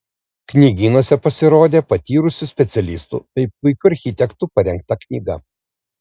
knygynuose pasirodė patyrusių specialistų bei puikių architektų parengta knyga